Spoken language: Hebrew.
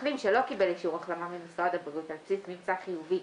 מחלים שלא קיבל אישור החלמה ממשרד הבריאות על בסיס ממצא חיובי